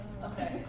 Okay